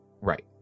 Right